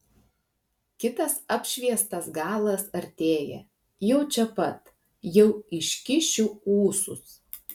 kitas apšviestas galas artėja jau čia pat jau iškišiu ūsus